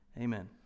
amen